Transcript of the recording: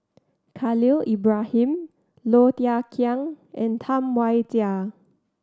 Khalil Ibrahim Low Thia Khiang and Tam Wai Jia